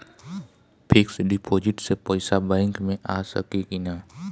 Fix deposit से पैसा bank मे आ सकी कि ना?